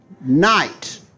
night